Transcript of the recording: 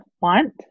want